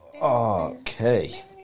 Okay